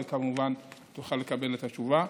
וכמובן תוכל לקבל את התשובה,